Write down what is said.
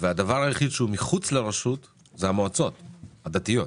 והדבר היחיד שהוא מחוץ לרשות זה המועצות הדתיות.